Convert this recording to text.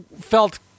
felt